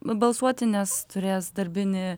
balsuoti nes turės darbinį